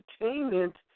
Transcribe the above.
Entertainment